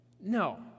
No